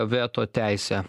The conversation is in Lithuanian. veto teisę